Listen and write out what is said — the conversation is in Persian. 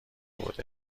بود